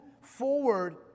forward